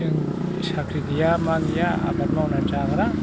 जों साख्रि गैया मा गैया आबाद मावनानै जाग्रा